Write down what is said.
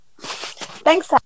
Thanks